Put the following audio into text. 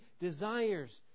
desires